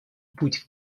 путь